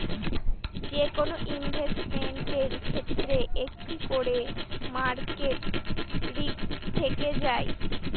যেকোনো ইনভেস্টমেন্টের ক্ষেত্রে একটা করে মার্কেট রিস্ক থেকে যায়